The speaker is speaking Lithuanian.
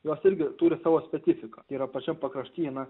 jos irgi turi savo specifiką tai yra pačiam pakrašty eina